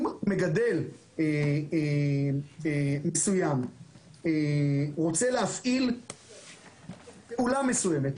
אם מגדל מסוים רוצה להפעיל פעולה מסוימת,